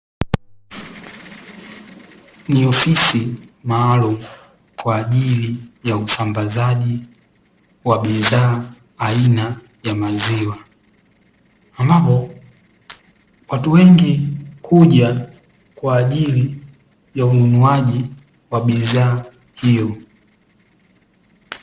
Ni ofisi maalumu kwa ajili ya usambazaji wa bidhaa aina ya maziwa. Ambapo, watu wengi huja kwa ajili ya ununuaji wa bidhaa hiyo.